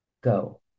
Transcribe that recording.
Go